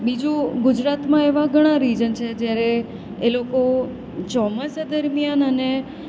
બીજું ગુજરાતમાં એવા ઘણાં રિજન છે જ્યારે એ લોકો ચોમાસા દરમિયાન અને